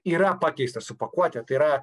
yra pakeista su pakuote tai yra